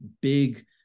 big